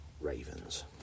Ravens